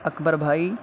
اکبر بھائی